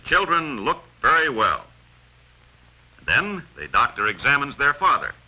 e children look very well then a doctor examines their father